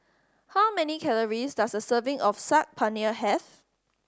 how many calories does a serving of Saag Paneer have